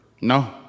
No